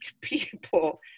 people